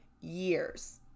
years